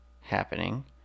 happening